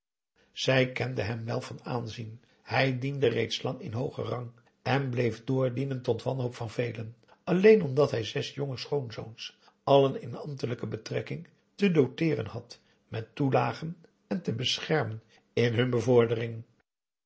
zij kende hem wel van aanzien hij diende reeds lang in hoogen rang en bleef doordienen tot wanhoop van velen alleen omdat hij zes jonge schoonzoons allen in ambtelijke betrekking te doteeren had met toelagen en te beschermen in hun bevordering